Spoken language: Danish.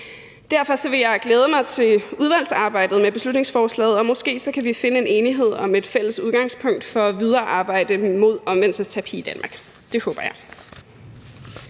Derfor vil jeg glæde mig til udvalgsarbejdet med beslutningsforslaget, og måske kan vi finde en enighed om et fælles udgangspunkt for at arbejde videre mod omvendelsesterapi i Danmark. Det håber jeg.